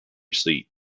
seat